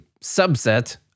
subset